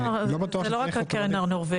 אני לא בטוח --- זה לא רק הקרן הנורבגית.